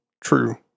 true